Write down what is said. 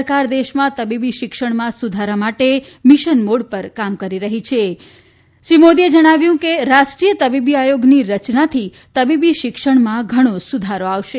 સરકાર દેશમાં તબીબી શિક્ષણમાં સુધાર માટે મિશન મોડ પર કામ કરી રહી છે તેમ જણાવતાં શ્રી મોદીએ કહ્યું કે રાષ્ટ્રીસુચ તબીબી આયોગની રચનાથી તબીબી શિક્ષણમાં ઘણો સુધારો આવશે